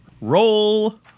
Roll